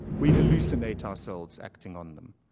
we hallucinate ourselves acting on them.